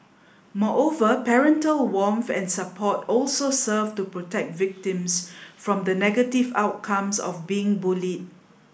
moreover parental warmth and support also serve to protect victims from the negative outcomes of being bullied